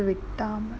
விட்டான்:vittaan